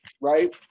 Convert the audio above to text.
right